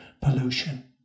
pollution